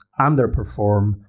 underperform